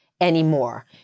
anymore